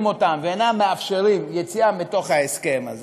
אותם ואינם מאפשרים יציאה מתוך ההסכם הזה,